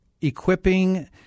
equipping